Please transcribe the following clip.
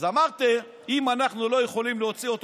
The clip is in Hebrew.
אז אמרתם: אם אנחנו לא יכולים להוציא אותו